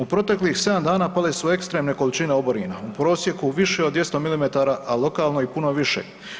U proteklih 7 dana pale su ekstremne količine oborina, u prosjeku više od 200 milimetara, a lokalno i puno više.